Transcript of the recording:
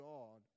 God